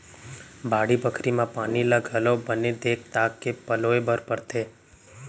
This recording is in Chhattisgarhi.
बाड़ी बखरी म पानी ल घलौ बने देख ताक के पलोय बर परथे